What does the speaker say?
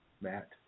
Matt